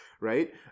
right